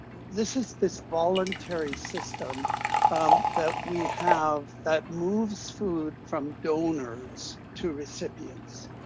this is this voluntary system that we have that moves food from donors to recipients.